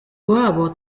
iwabo